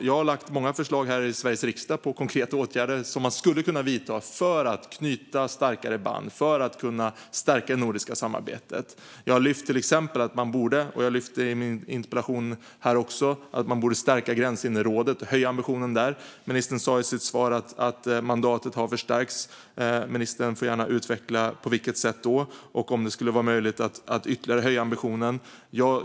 Jag har lagt fram många förslag här i Sveriges riksdag på konkreta åtgärder som man skulle kunna vidta för att knyta starkare band och stärka det nordiska samarbetet. Jag har till exempel - också i den interpellation som vi debatterar här - tagit upp att man borde stärka Gränshinderrådet och höja ambitionen där. Ministern sa i sitt svar att mandatet har förstärkts. Ministern får gärna utveckla på vilket sätt detta har skett och om det skulle vara möjligt att ytterligare höja ambitionen.